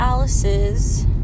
Alice's